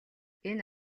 энэ